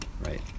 Right